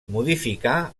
modificà